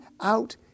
out